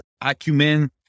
acumen